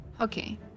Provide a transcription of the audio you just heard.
Okay